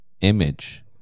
image